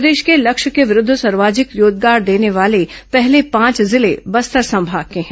प्रदेश में लक्ष्य के विरूद्ध सर्वाधिक रोजगार देने वाले पहले पांच जिले बस्तर संभाग के हैं